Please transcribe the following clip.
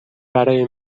برای